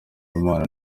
imana